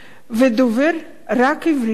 ודובר רק עברית,